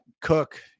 cook